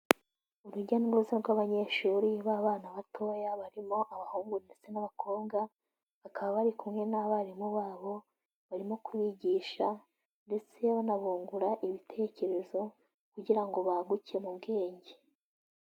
Urujya n'uruza rw'abanyeshuri b'abana batoya barimo abahungu ndetse n'abakobwa, bakaba bari kumwe n'abarimu babo barimo kubigisha ndetse banabungura ibitekerezo kugira ngo baguke mu bwenge.